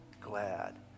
glad